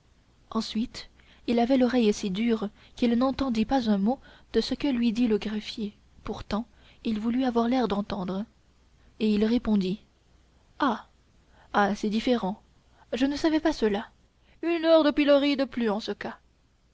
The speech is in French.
ensuite il avait l'oreille si dure qu'il n'entendit pas un mot de ce que lui dit le greffier pourtant il voulut avoir l'air d'entendre et répondit ah ah c'est différent je ne savais pas cela une heure de pilori de plus en ce cas